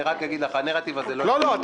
אני רק אגיד לך שהנרטיב הזה לא --- הנרטיב